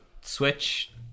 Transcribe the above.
switch